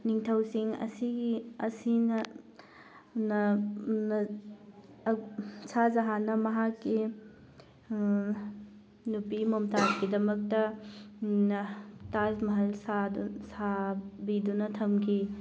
ꯅꯤꯡꯊꯧꯁꯤꯡ ꯑꯁꯤꯒꯤ ꯑꯁꯤꯅ ꯁꯍꯥ ꯖꯍꯥꯟꯅ ꯃꯍꯥꯛꯀꯤ ꯅꯨꯄꯤ ꯃꯝꯇꯥꯖꯀꯤꯗꯃꯛꯇ ꯇꯥꯖ ꯃꯍꯜ ꯁꯥꯗꯨꯅ ꯁꯥꯕꯤꯗꯨꯅ ꯊꯝꯈꯤ